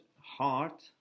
heart